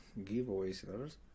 giveaways